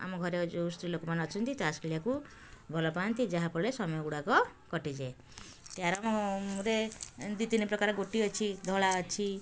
ଆମ ଘରେ ଯେଉଁ ସ୍ତ୍ରୀଲୋକମାନେ ଅଛନ୍ତି ତାସ୍ ଖେଳିବାକୁ ଭଲପାଆନ୍ତି ଯାହାଫଳରେ ସମୟଗୁଡ଼ାକ କଟିଯାଏ କ୍ୟାରମ୍ରେ ଦୁଇ ତିନି ପ୍ରକାର ଗୋଟି ଅଛି ଧଳା ଅଛି